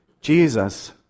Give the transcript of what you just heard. Jesus